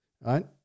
right